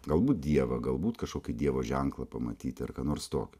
galbūt dievą galbūt kažkokį dievo ženklą pamatyti ar ką nors tokio